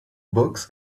books